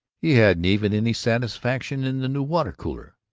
he hadn't even any satisfaction in the new water-cooler!